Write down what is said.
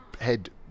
head